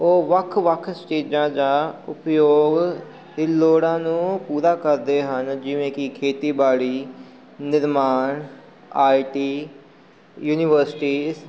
ਉਹ ਵੱਖ ਵੱਖ ਚੀਜ਼ਾਂ ਦਾ ਉਪਯੋਗ ਦੀ ਲੋੜਾਂ ਨੂੰ ਪੂਰਾ ਕਰਦੇ ਹਨ ਜਿਵੇਂ ਕਿ ਖੇਤੀਬਾੜੀ ਨਿਰਮਾਣ ਆਈ ਟੀ ਯੂਨੀਵਰਸਿਟੀਜ਼